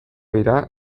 dira